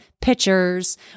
pictures